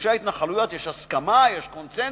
גושי ההתנחלויות, יש הסכמה, יש קונסנזוס,